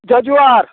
जजुआर